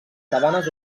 sabanes